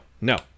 no